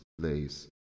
place